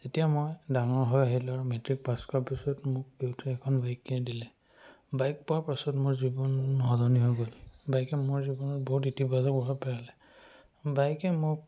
যেতিয়া মই ডাঙৰ হৈ আহিলোঁ আৰু মেট্ৰিক পাছ কৰাৰ পিছত মোক দেউতাই এখন বাইক কিনি দিলে বাইক পোৱাৰ পাছত মোৰ জীৱন সলনি হৈ গ'ল বাইকে মোৰ জীৱনত বহুত ইতিবাচক প্ৰভাৱ পেলালে বাইকে মোক